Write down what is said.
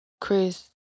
Chris